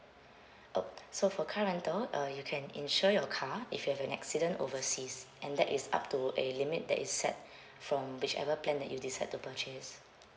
uh so for car rental uh you can insure your car if you have an accident overseas and that is up to a limit that is set from whichever plan that you decided to purchase